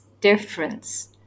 difference